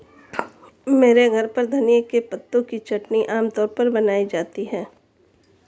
मेरे घर पर धनिए के पत्तों की चटनी आम तौर पर बनाई जाती है